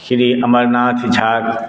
श्री अमरनाथ झाक